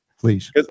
Please